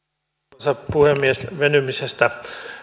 arvoisa puhemies venymisestä